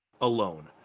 alone